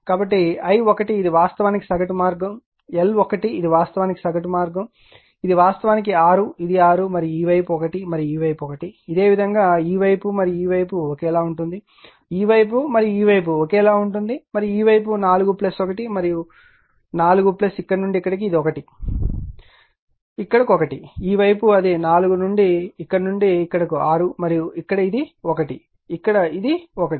కాబట్టి l1 ఇది వాస్తవానికి సగటు మార్గం ఇది వాస్తవానికి 6 ఇది 6 మరియు ఈ వైపు 1 మరియు ఈ వైపు 1 ఇదే విధంగా ఈ వైపు మరియు ఈ వైపు ఒకేలా ఉంటుంది ఈ వైపు మరియు ఈ వైపు ఒకేలా ఉంటుంది మరియు ఈ వైపు 4 1 మరియు 4 ఇక్కడ నుండి ఇక్కడకు ఇది 1 ఇక్కడకు 1 ఈ వైపు అది 4 ఇక్కడ నుండి ఇక్కడకు 6 మరియు ఇక్కడ ఇది 1 ఇక్కడ ఇది 1